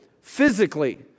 physically